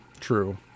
true